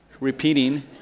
repeating